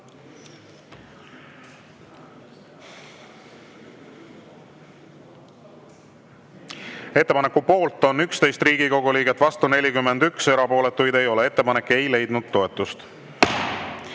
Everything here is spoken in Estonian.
Ettepaneku poolt on 27 Riigikogu liiget, vastu 40, erapooletuid ei ole. Ettepanek ei leidnud